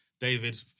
David